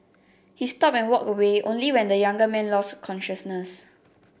he stopped and walked away only when the younger man lost consciousness